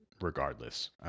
regardless